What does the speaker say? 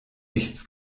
nichts